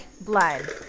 Blood